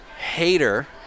hater